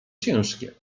ciężkie